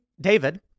David